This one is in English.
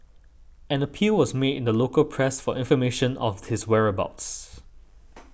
an appeal was made the local press for information of his whereabouts